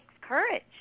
courage